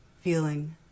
feeling